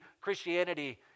Christianity